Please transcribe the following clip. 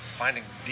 finding